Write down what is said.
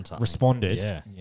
responded